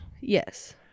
Yes